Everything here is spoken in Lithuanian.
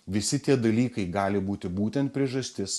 visi tie dalykai gali būti būtent priežastis